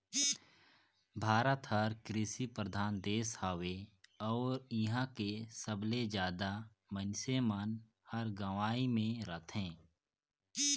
भारत हर कृसि परधान देस हवे अउ इहां के सबले जादा मनइसे मन हर गंवई मे रथें